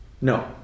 No